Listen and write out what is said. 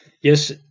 Yes